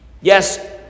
Yes